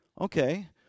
Okay